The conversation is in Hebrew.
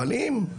יאלוביץ,